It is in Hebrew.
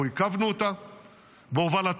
אנחנו עיכבנו אותה בהובלתנו,